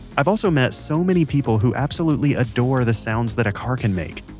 i've also met so many people who absolutely adore the sounds that a car can make.